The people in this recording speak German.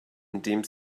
indem